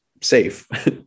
safe